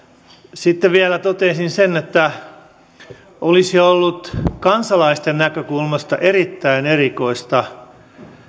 sitten vielä toteaisin sen että olisi ollut kansalaisten näkökulmasta erittäin erikoista